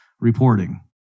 reporting